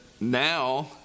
now